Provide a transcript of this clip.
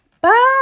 Bye